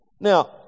Now